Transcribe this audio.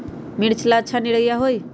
मिर्च ला अच्छा निरैया होई?